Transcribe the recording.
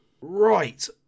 Right